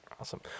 awesome